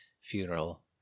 funeral